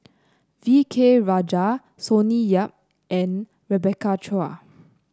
V K Rajah Sonny Yap and Rebecca Chua